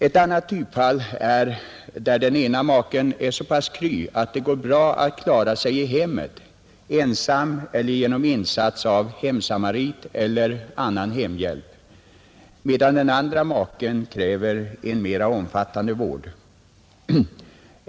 Ett annat typfall är där den ena maken är så pass kry att det går bra att klara sig i hemmet, ensam eller genom insats av hemsamarit eller annan hemhjälp, medan den andra maken kräver en mera omfattande vård.